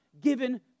given